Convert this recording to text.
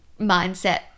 mindset